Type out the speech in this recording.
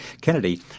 Kennedy